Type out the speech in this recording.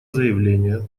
заявление